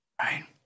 right